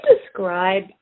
describe